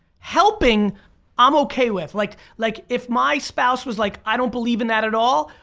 helping i'm okay with, like like if my spouse was like i don't believe in that at all,